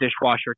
dishwasher